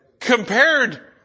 compared